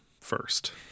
first